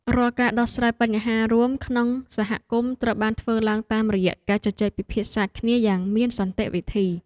រាល់ការដោះស្រាយបញ្ហារួមក្នុងសហគមន៍ត្រូវបានធ្វើឡើងតាមរយៈការជជែកពិភាក្សាគ្នាយ៉ាងមានសន្តិវិធី។